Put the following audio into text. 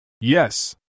Yes